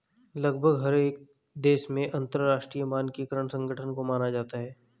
लगभग हर एक देश में अंतरराष्ट्रीय मानकीकरण संगठन को माना जाता है